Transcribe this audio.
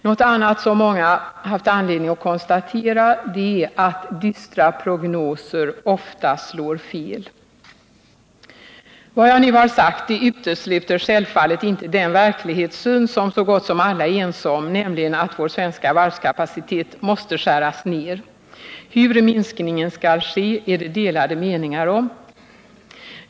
Något som många haft anledning att konstatera är också att dystra prognoser ofta slår fel. Vad jag nu sagt utesluter självfallet inte den verklighetssyn som så gott som alla är ense om, nämligen att vår svenska varvskapacitet måste skäras ner. Hur minskningen skall ske är det delade meningar om.